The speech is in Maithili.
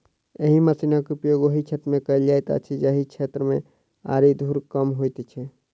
एहि मशीनक उपयोग ओहि क्षेत्र मे कयल जाइत अछि जाहि क्षेत्र मे आरि धूर कम होइत छै